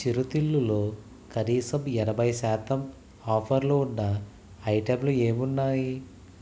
చిరుతిళ్ళులో కనీసం ఎనభై శాతం ఆఫర్లు ఉన్న ఐటెంలు ఏమున్నాయి